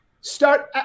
Start